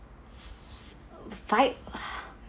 five